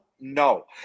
No